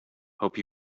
hope